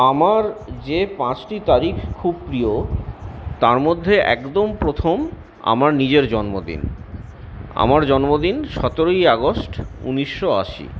আমার যে পাঁচটি তারিখ খুব প্রিয় তারমধ্যে একদম প্রথম আমার নিজের জন্মদিন আমার জন্মদিন সতেরোই আগস্ট উনিশশো আশি